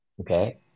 Okay